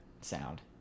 sound